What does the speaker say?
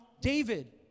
David